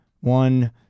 one